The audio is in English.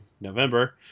November